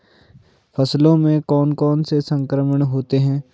फसलों में कौन कौन से संक्रमण होते हैं?